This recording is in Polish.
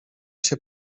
się